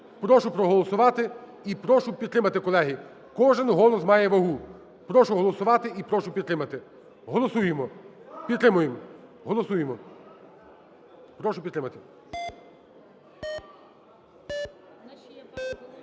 Прошу проголосувати і прошу підтримати, колеги. кожен голос має вагу. Прошу голосувати і прошу підтримати. Голосуємо. Підтримуємо. Голосуємо. Прошу підтримати.